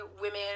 women